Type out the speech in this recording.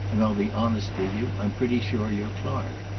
and i'll be honest with you i'm pretty sure you're clark.